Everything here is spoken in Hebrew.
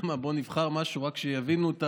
נבחר משהו רק כדי שיבינו,